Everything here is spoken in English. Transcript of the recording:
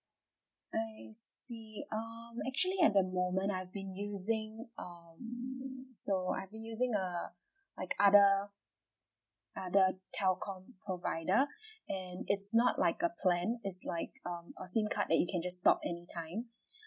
I see um actually at the moment I've been using um so I've been using a like other other telco provider and it's not like a plan it's like um a SIM card that you can just stop anytime